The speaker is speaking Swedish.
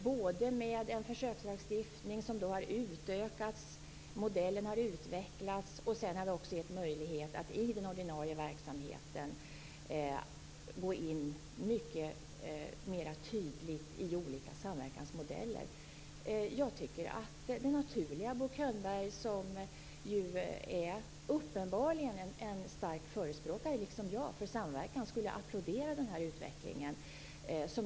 Lagstiftningen har utökats på försök, modellen har utvecklats och det har blivit möjligt att i den ordinarie verksamheten gå in mycket mera tydligt i olika samverkansmodeller. Bo Könberg är, liksom jag, uppenbarligen en stark förespråkare för samverkan. Jag trodde att han skulle applådera den här utvecklingen.